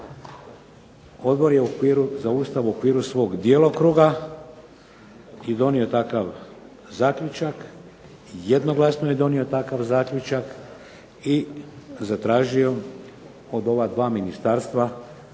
Odbor za Ustav je u okviru svog djelokruga i donio takav zaključak, jednoglasno je donio takav zaključak i zatražio od ova 2 ministarstva